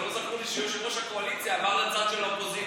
אבל לא זכור לי שיושב-ראש הקואליציה עבר לצד של האופוזיציה,